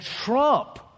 trump